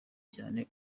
cyane